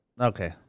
Okay